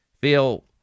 feel